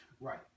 Right